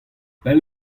pell